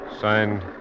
Signed